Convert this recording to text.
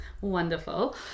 Wonderful